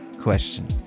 question